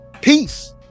Peace